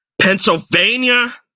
Pennsylvania